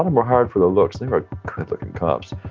um and were hired for their looks. they were good-looking cops.